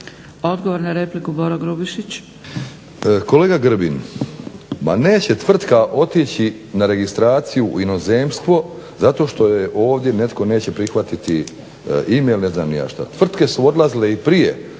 **Grubišić, Boro (HDSSB)** Kolega Grbin, ma neće tvrtka otići na registraciju u inozemstvo zato što joj ovdje netko neće prihvatiti ime ili ne znam ja šta. Tvrtke su odlazile i prije